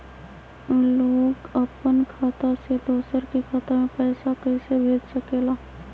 लोग अपन खाता से दोसर के खाता में पैसा कइसे भेज सकेला?